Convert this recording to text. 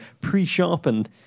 pre-sharpened